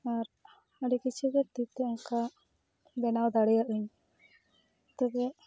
ᱟᱨ ᱟᱹᱰᱤ ᱠᱤᱪᱷᱩ ᱜᱮ ᱛᱤᱛᱮ ᱚᱱᱠᱟ ᱵᱮᱱᱟᱣ ᱫᱟᱲᱭᱟᱜᱼᱟᱹᱧ ᱛᱚᱵᱮ